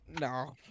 no